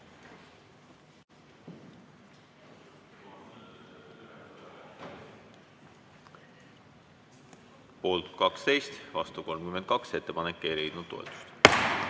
Poolt 10, vastu 33, ettepanek ei leidnud toetust.